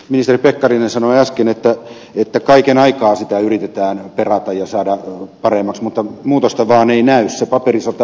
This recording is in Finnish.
ministeri pekkarinen sanoi äsken että kaiken aikaa sitä yritetään perata ja saada paremmaksi mutta muutosta vaan ei näy